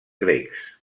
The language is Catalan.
grecs